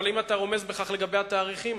אבל אם אתה רומז בכך לגבי התאריכים,